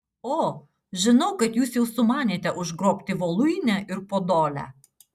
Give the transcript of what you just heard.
o žinau kad jūs jau sumanėte užgrobti voluinę ir podolę